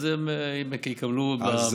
אז הם יקבלו במסגרת 700 המיליון.